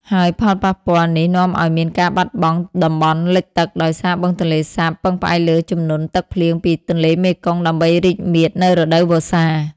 ហើយផលប៉ះពាល់នេះនាំឲ្យមានការបាត់បង់តំបន់លិចទឹក ដោយសារបឹងទន្លេសាបពឹងផ្អែកលើជំនន់ទឹកភ្លៀងពីទន្លេមេគង្គដើម្បីរីកមាឌនៅរដូវវស្សា។